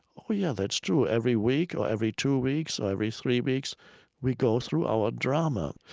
oh, yeah. that's true. every week or every two weeks or every three weeks we go through our drama.